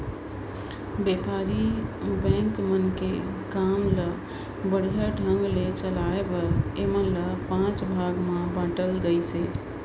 बेपारी बेंक मन के काम ल बड़िहा ढंग ले चलाये बर ऐमन ल पांच भाग मे बांटल गइसे